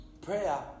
Prayer